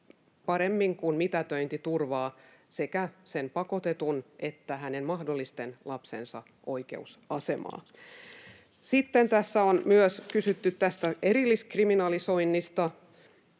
paremmin kuin mitätöinti turvaa sekä sen pakotetun että hänen mahdollisten lastensa oikeusasemaa. Sitten tässä on myös kysytty tästä erilliskriminalisoinnista: